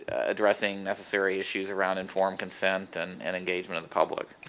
addressing necessary issues around informed consent and and engagement of the public.